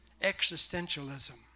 Existentialism